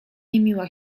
niemiła